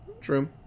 True